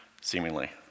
seemingly